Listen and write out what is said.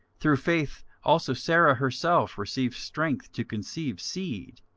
through faith also sara herself received strength to conceive seed,